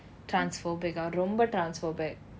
transphobic ah ரொம்ப:romba transphobic